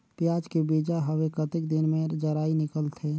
पियाज के बीजा हवे कतेक दिन मे जराई निकलथे?